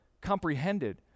comprehended